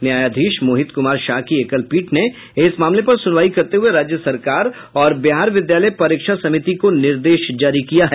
न्यायाधीश मोहित कुमार शाह की एकलपीठ ने इस मामले पर सुनवाई करते हुये राज्य सरकार और बिहार विद्यालय परीक्षा समिति को निर्देश जारी किया है